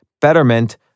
Betterment